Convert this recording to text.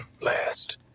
last